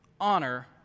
Honor